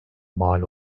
mal